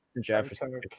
Jefferson